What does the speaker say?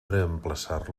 reemplaçar